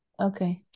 Okay